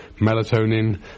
melatonin